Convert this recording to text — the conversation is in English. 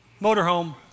motorhome